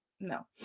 no